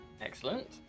Excellent